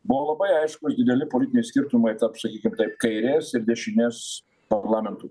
buvo labai aiškūs dideli politiniai skirtumai tarp sakykim taip kairės ir dešinės parlamentų